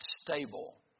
stable